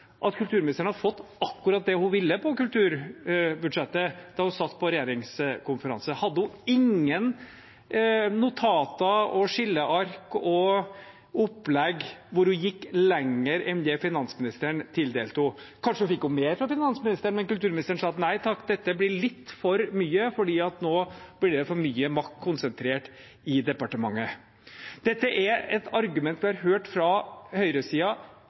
at kulturministeren har fått akkurat det hun ville på kulturbudsjettet da hun satt i regjeringskonferansen? Hadde hun ingen notater, skilleark og opplegg hvor hun gikk lenger enn det finansministeren tildelte henne? Kanskje fikk hun mer fra finansministeren, men kulturministeren sa: Nei takk, dette blir litt for mye, for nå blir det for mye makt konsentrert i departementet? Dette er et argument vi har hørt fra